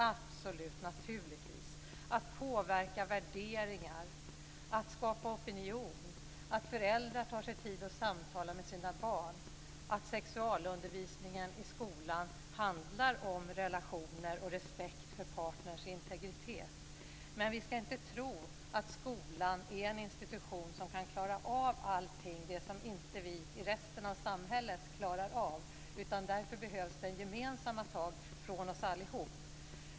Så är det naturligtvis. Det gäller också att påverka värderingar, att skapa opinion, att föräldrar tar sig tid att samtala med sina barn, att sexualundervisningen i skolan handlar om relationer och respekt för partnerns integritet. Men vi ska inte tro att skolan är en institution som kan klara av allt det som vi i resten av samhället inte klarar av. Därför behövs det gemensamma tag från oss alla.